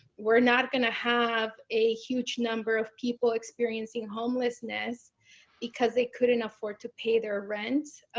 we're not going to have a huge number of people experiencing homelessness because they couldn't afford to pay their rent.